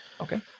okay